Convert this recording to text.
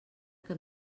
que